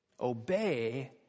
obey